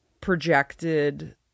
projected